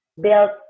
built